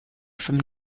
from